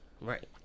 right